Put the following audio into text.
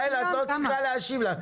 יעל, את לא צריכה להשיב לה.